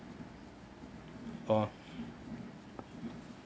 orh